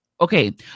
Okay